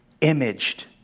imaged